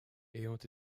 ayant